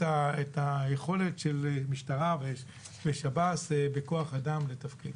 היכולת של משטרה ושב"ס בכוח אדם לתפקיד.